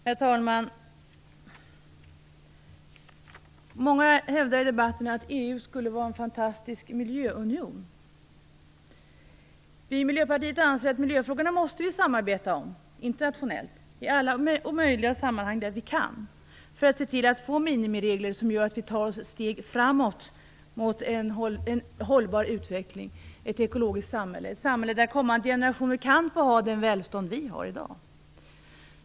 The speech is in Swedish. Herr talman! Många hävdar i debatten att EU skulle vara en fantastisk miljöunion. Vi i Miljöpartiet anser att vi måste samarbeta internationellt om miljöfrågorna i alla sammanhang där vi kan för att få minimiregler som gör att vi tar steg framåt mot en hållbar utveckling, ett ekologiskt samhälle, ett samhälle där kommande generationer kan få ha det välstånd vi har i dag.